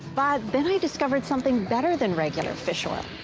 but then i discovered something better than regular fish oil.